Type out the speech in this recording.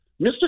Mr